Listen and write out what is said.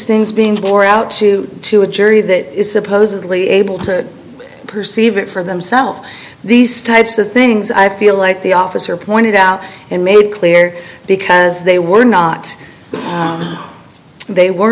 things being more out to to a jury that is supposedly able to perceive it for themselves these types of things i feel like the officer pointed out and made clear because they were not they were